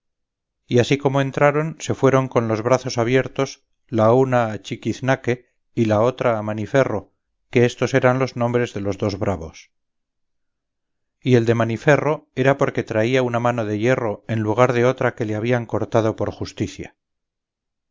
y así como entraron se fueron con los brazos abiertos la una a chiquiznaque y la otra a maniferro que éstos eran los nombres de los dos bravos y el de maniferro era porque traía una mano de hierro en lugar de otra que le habían cortado por justicia